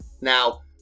Now